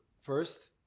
first